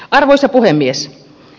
arvoisa puhemies